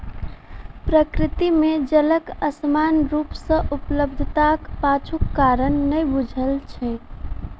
प्रकृति मे जलक असमान रूप सॅ उपलब्धताक पाछूक कारण नै बूझल छै